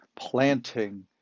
planting